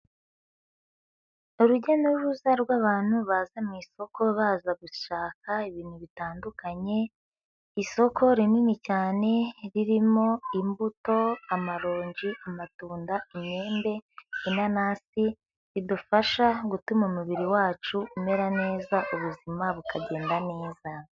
Urujya n'uruza rw'abantu baza mu isoko, baza gushaka ibintu bitandukanye, isoko rinini cyane ririmo; imbuto, amaronji, amatunda, imyembe, inanasi, ridufasha gutuma umubiri wacu umera neza, ubuzima bukagenda neza.